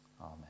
Amen